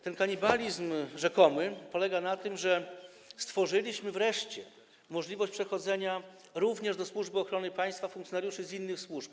Ten kanibalizm rzekomy polega na tym, że stworzyliśmy wreszcie możliwość przechodzenia również do Służby Ochrony Państwa funkcjonariuszy z innych służb.